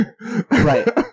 Right